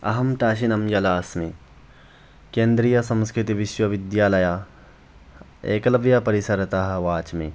अहं ताशीनं यला अस्मि केन्द्रीयसंस्कृतविश्वविद्यालय एकलव्यपरिसरतः वच्मि